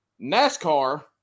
NASCAR